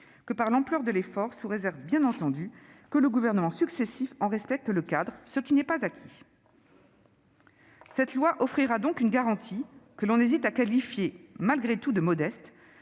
que par l'ampleur de l'effort, sous réserve que les gouvernements successifs en respectent le cadre ; cela n'est pas acquis ! Cette loi offrira donc une garantie, que l'on hésite à qualifier malgré tout de modeste,